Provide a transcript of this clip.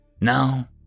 Now